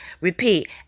Repeat